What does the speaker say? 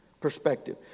perspective